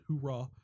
hoorah